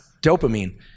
dopamine